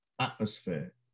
atmosphere